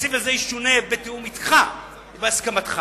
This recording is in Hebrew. שהסעיף הזה ישונה בתיאום אתך ובהסכמתך.